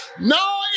No